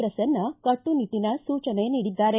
ಪ್ರಸನ್ನ ಕಟ್ಟುನಿಟ್ಟಿನ ಸೂಚನೆ ನೀಡಿದ್ದಾರೆ